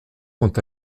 quant